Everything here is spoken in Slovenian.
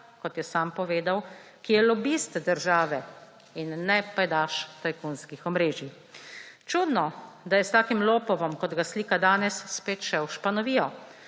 kot je sam povedal, ki je lobist države in ne pajdaš tajkunskih omrežij. Čudno, da je s takim lopovom, kot ga slika danes, spet šel v španovijo.